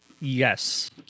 Yes